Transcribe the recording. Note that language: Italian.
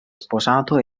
sposato